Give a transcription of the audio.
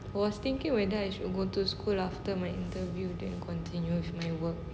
was thinking whether should I go to school after my interview then continue with my work